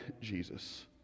Jesus